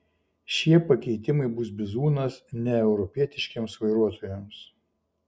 šie pakeitimai bus bizūnas neeuropietiškiems vairuotojams